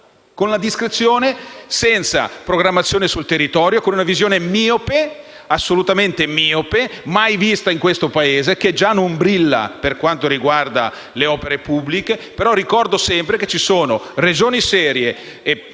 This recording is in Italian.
con discrezionalità, senza programmazione sul territorio, con una visione assolutamente miope, mai vista in questo Paese che già non brilla per quanto riguarda le opere pubbliche. Ricordo sempre, però, che ci sono Regioni e Province